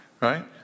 right